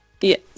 Yes